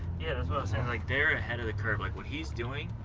yeah like they're ahead of the curve. like what he's doing,